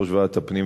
יושב-ראש ועדת הפנים